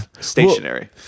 stationary